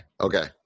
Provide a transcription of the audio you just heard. Okay